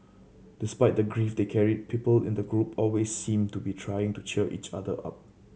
despite the grief they carried people in the group always seemed to be trying to cheer each other up